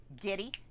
giddy